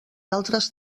altres